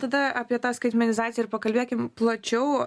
tada apie tą skaitmenizaciją ir pakalbėkim plačiau